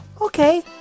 okay